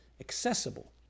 accessible